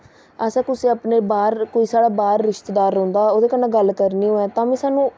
असें कुसै अपने बाह्र कोई साढ़ा बाह्र रिश्तेदार रौंह्दा ओह्दे कन्नै गल्ल करनी होऐ तां बी सानू